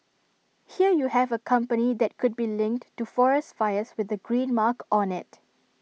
here you have A company that could be linked to forest fires with the green mark on IT